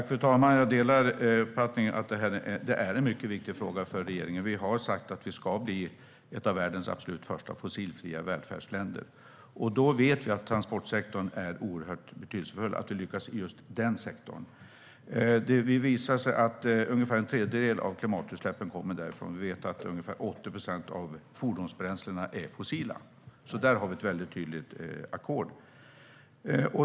Fru talman! Jag delar uppfattningen att detta är en mycket viktig fråga för regeringen. Vi har sagt att vi ska bli ett av världens absolut första fossilfria välfärdsländer. Vi vet då att det är oerhört betydelsefullt att vi lyckas just inom transportsektorn, eftersom det visar sig att ungefär en tredjedel av klimatutsläppen kommer därifrån. Vi vet att ungefär 80 procent av fordonsbränslena är fossila, så där har vi ett väldigt tydligt ackord.